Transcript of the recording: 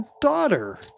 daughter